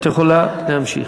את יכולה להמשיך.